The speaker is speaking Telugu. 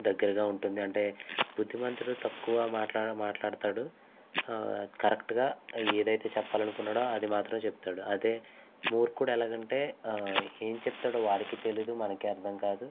దగ్గరగా ఉంటుంది అంటే బుద్ధుమంతుడు తక్కువ మాట్లా మాట్లాడుతాడు కరెక్ట్ గా ఏదైతే చెప్పాలి అనుకుంటున్నాడో అది మాత్రమే చెప్తాడు అదే మూర్ఖుడు ఎలాగ అంటే ఏం చెప్తాడో వాడికి తెలియదు మనకి అర్ధం కాదు